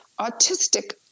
autistic